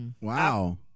Wow